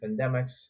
pandemics